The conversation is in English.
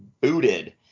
booted